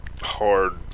hard